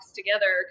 together